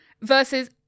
versus